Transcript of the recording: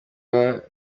aka